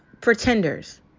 pretenders